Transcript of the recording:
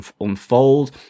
unfold